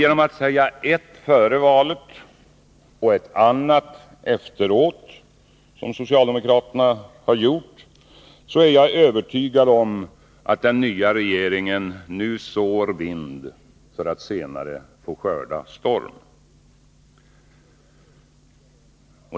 Men jag är övertygad om att genom att socialdemokraterna sagt ett före valet och ett annat efteråt, sår den nya regeringen vind för att senare få skörda storm.